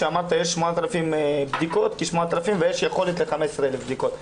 שאמרת שיש 8,000 בדיקות ביום ויש יכולת לערוך 15,000 בדיקות ביום.